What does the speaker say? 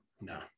No